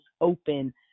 open